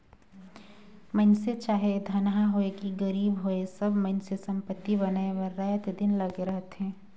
मइनसे चाहे धनहा होए कि गरीब होए सब मइनसे संपत्ति बनाए बर राएत दिन लगे रहथें